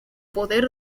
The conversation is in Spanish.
poder